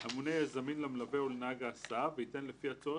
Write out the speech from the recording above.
הממונה יהיה זמין למלווה ולנהג ההסעה וייתן לפי הצורך,